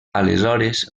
aleshores